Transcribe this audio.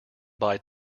buy